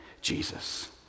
Jesus